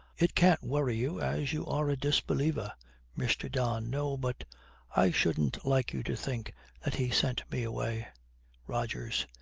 it can't worry you as you are a disbeliever mr. don. no, but i shouldn't like you to think that he sent me away rogers.